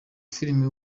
filime